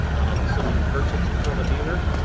assuming you purchased it from a dealer,